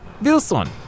Wilson